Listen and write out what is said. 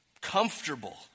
comfortable